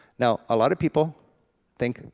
now a lot of people think,